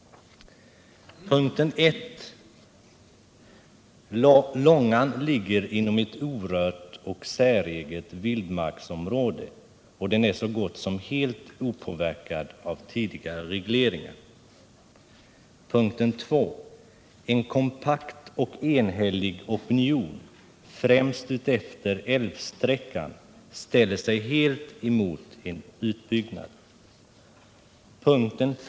1. Långan ligger inom ett orört och säreget vildmarksområde, och den är så gott som helt opåverkad av tidigare regleringar. 2. En kompakt och enhällig opinion, främst utefter älvsträckan, ställer sig helt emot en utbyggnad. 5.